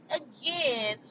again